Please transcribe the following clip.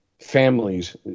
families